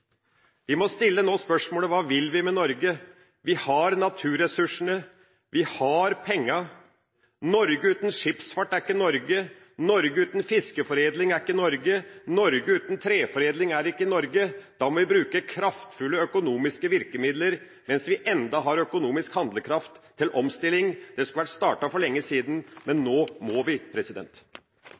Vi må nå stille spørsmålet: Hva vil vi med Norge? Vi har naturressursene, vi har pengene. Norge uten skipsfart er ikke Norge, Norge uten fiskeforedling er ikke Norge, Norge uten treforedling er ikke Norge. Da må vi bruke kraftfulle økonomiske virkemidler mens vi enda har økonomisk handlekraft til omstilling. Det skulle vært startet for lenge siden, men nå må vi.